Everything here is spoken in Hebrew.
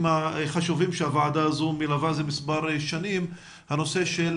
החשובים שהוועדה הזו מלווה מזה מספר שנים - את הנושא של